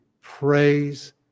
praise